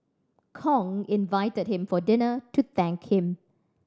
Kong invited him for dinner to thank him